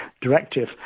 directive